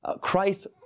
Christ